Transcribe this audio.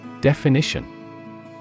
Definition